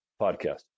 podcast